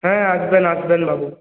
হ্যাঁ আসবেন আসবেন বাবু